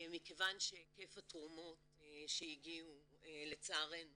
מכיוון שהיקף התרומות שהגיעו לצערנו